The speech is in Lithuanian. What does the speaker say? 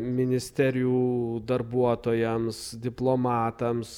ministerijų darbuotojams diplomatams